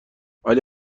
ولی